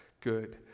good